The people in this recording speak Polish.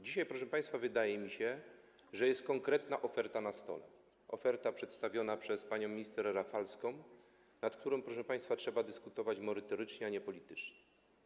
Dzisiaj, proszę państwa, wydaje mi się, że jest konkretna oferta na stole, oferta przedstawiona przez panią minister Rafalską, nad którą, proszę państwa, trzeba dyskutować merytorycznie, a nie politycznie.